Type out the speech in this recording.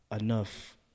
enough